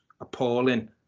appalling